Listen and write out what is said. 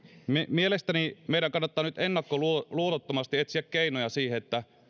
mielestäni meidän kannattaa nyt ennakkoluulottomasti etsiä keinoja siihen että